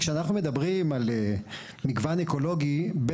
כאשר אנחנו מדברים על מסדרון אקולוגי,